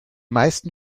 meisten